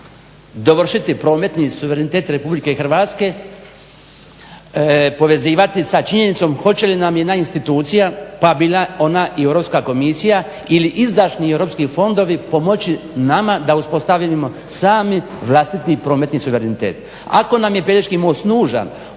dovršiti prometni suverenitet RH povezivati sa činjenicom hoće li nam jedna institucija pa bila ona i EU komisija ili izdašni europski fondovi pomoći nama da uspostavimo sami vlastiti prometni suverenitet. Ako nam je Pelješki most nužan